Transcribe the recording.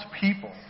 people